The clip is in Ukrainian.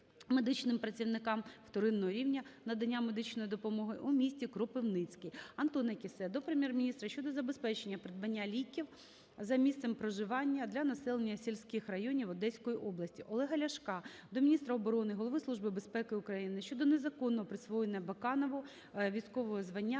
медичним працівникам вторинного рівня надання медичної допомоги у місті Кропивницький. Антона Кіссе до Прем'єр-міністра щодо забезпечення придбання ліків за місцем проживання для населення сільських районів Одеської області. Олега Ляшка до міністра оборони, Голови Служби безпеки України щодо незаконного присвоєння Баканову військового звання